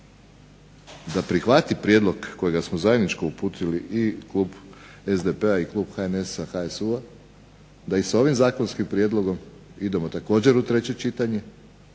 da prihvate prijedlog koji smo zajednički uputili i klub SDP-a i klub HNS-HSU-a da i s ovim zakonskim prijedlogom idemo također u treće čitanje,